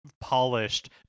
polished